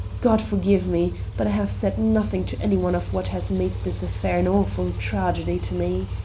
god forgive me, but i have said nothing to any one of what has made this affair an awful tragedy to me!